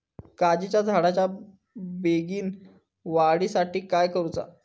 काजीच्या झाडाच्या बेगीन वाढी साठी काय करूचा?